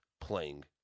playing